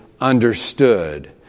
understood